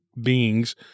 beings